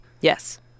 Yes